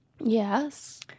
Yes